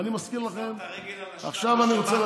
שם